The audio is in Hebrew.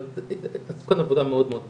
אבל עשו כאן עבודה מאוד מאוד יפה.